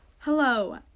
Hello